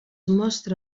mostra